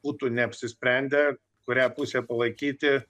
būtų neapsisprendę kurią pusę palaikyti